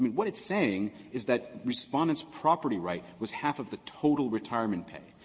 i mean what it's saying is that respondent's property right was half of the total retirement pay,